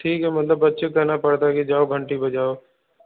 ठीक है मतलब बच्चे क कहना पड़ता है कि जो घंटी बजाओ